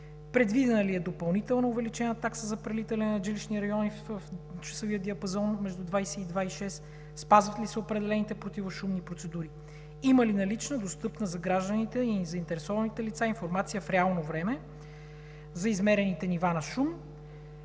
Предвидена ли е допълнително увеличена такса за прелитане над жилищни райони в часовия диапазон между 22,00 ч. и 6,00 ч.? Спазват ли се определените противошумни процедури? Има ли налична, достъпна за гражданите и заинтересованите лица информация в реално време за измерените нива на шум?